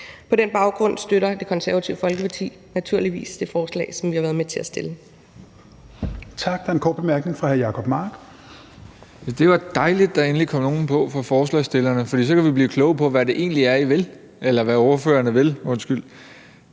På den baggrund støtter Det Konservative Folkeparti naturligvis det forslag, som vi har været med til at